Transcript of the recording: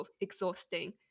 exhausting